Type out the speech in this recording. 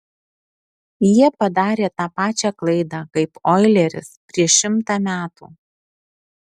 jie padarė tą pačią klaidą kaip oileris prieš šimtą metų